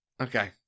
Okay